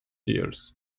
years